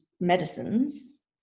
medicines